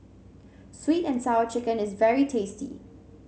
sweet and Sour Chicken is very tasty